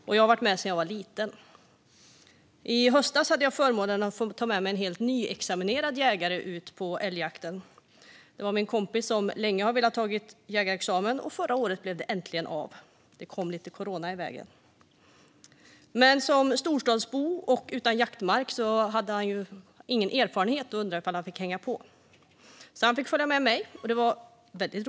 Jag har varit med på jakt sedan jag var liten, och i höstas hade jag förmånen att få ta med mig en helt nyutexaminerad jägare på älgjakt. Min kompis har länge velat ta jägarexamen, och förra året blev det äntligen av - det kom lite corona i vägen. Som storstadsbo och utan jaktmark och erfarenhet undrade han om han fick hänga med mig, vilket han fick.